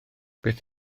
beth